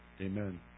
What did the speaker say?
Amen